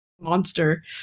monster